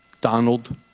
Donald